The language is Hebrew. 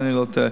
אם אני לא טועה,